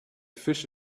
fish